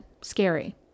scary